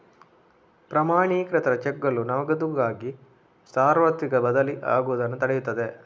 ಪ್ರಮಾಣೀಕೃತ ಚೆಕ್ಗಳು ನಗದುಗಾಗಿ ಸಾರ್ವತ್ರಿಕ ಬದಲಿಯಾಗುವುದನ್ನು ತಡೆಯುತ್ತದೆ